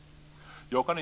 Sofia Jonsson